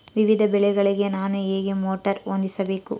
ವಿವಿಧ ಬೆಳೆಗಳಿಗೆ ನಾನು ಹೇಗೆ ಮೋಟಾರ್ ಹೊಂದಿಸಬೇಕು?